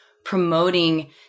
Promoting